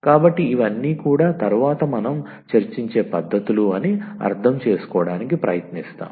కాబట్టి ఇవన్నీ కూడా తరువాత మనం చర్చించే పద్ధతులు అని అర్థం చేసుకోవడానికి ప్రయత్నిస్తాము